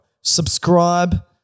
subscribe